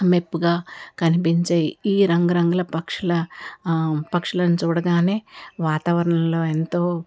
మెప్పుగా కనిపించే ఈ రంగురంగుల పక్షుల పక్షులను చూడగానే వాతావరణంలో ఎంతో